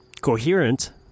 coherent